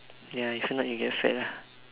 ya if not you get fat ah